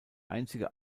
einzige